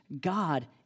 God